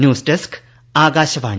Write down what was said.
news desk Akashvani